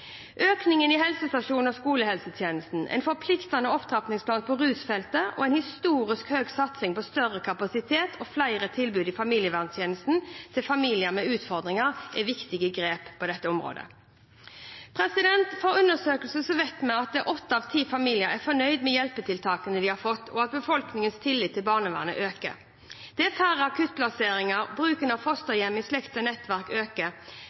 Økningen i midler til helsestasjons- og skolehelsetjenesten, en forpliktende opptrappingsplan på rusfeltet og en historisk høy satsing på større kapasitet og flere tilbud i familieverntjenesten til familier med utfordringer er viktige grep på dette området. Fra undersøkelser vet vi at åtte av ti familier er fornøyd med hjelpetiltakene de har fått, og at befolkningens tillit til barnevernet øker. Det er færre akuttplasseringer, og bruken av fosterhjem i slekt og nettverk øker.